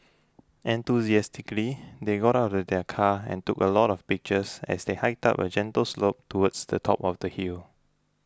enthusiastically they got out of the car and took a lot of pictures as they hiked up a gentle slope towards the top of the hill